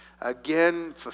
again